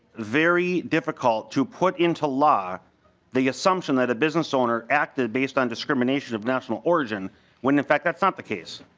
very difficult to put into law the assumption that a business owner acted based on dissemination of national origin when effect that's not the case.